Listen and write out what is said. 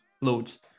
loads